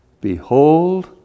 Behold